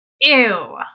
Ew